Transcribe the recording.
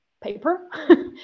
paper